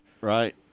Right